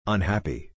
Unhappy